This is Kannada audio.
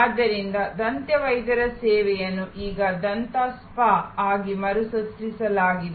ಆದ್ದರಿಂದ ದಂತವೈದ್ಯರ ಸೇವೆಯನ್ನು ಈಗ ದಂತ ಸ್ಪಾ ಆಗಿ ಮರುಸೃಷ್ಟಿಸಲಾಗಿದೆ